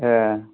ए